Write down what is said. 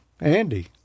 Andy